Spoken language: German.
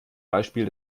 beispiel